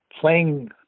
playing